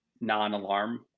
non-alarm